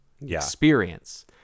experience